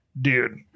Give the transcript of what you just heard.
dude